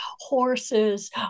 horses